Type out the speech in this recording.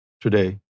today